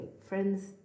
friends